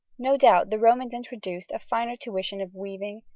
no doubt the romans introduced a finer tuition of weaving,